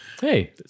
Hey